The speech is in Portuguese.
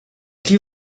que